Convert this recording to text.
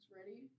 Ready